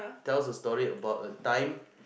tell us a story about a time